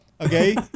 Okay